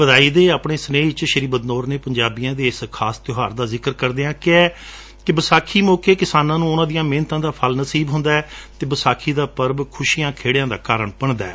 ਵਧਾਈ ਦੇ ਆਪਣੇ ਸੁਨੇਹੇ ਵਿਚ ਸ੍ਰੀ ਬਦਨੌਰ ਨੇ ਪੰਜਾਬੀਆਂ ਦੇ ਇਸ ਖਾਸ ਤਿਉਹਾਰ ਦਾ ਜ਼ਿਕਰ ਕਰਦਿਆਂ ਕਿਹਾ ਕਿ ਵਿਸਾਖੀ ਮੌਕੇ ਕਿਸਾਨਾਂ ਨੂੰ ਉਨਾਂ ਦੀਆਂ ਮਿਹਨਤਾਂ ਦਾ ਫਲ ਨਸੀਬ ਹੁੰਦੈ ਅਤੇ ਵਿਸਾਖੀ ਦਾ ਪਰਬ ਖੁਸ਼ੀਆਂ ਖੇੜਿਆਂ ਦਾ ਕਾਰਨ ਬਣਦੈ